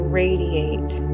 radiate